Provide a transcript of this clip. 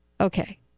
Okay